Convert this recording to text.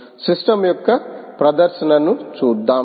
system యొక్క ప్రదర్శనను చూద్దాం